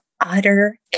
utter